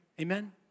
Amen